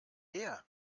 her